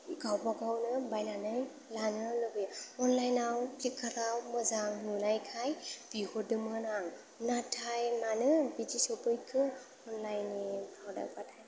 गावबा गावनो बायनानै लानो लुबैयो अनलाइनआव फ्लिपकार्टआव मोजां नुनायखाय बिहरदोंमोन आं नाथाय मानो बिदि सफैखो अनलाइननि प्रडाक्टबाथाय